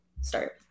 start